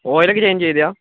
ഓയിലൊക്കെ ചേഞ്ച് ചെയ്തതാണോ